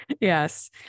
Yes